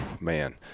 man –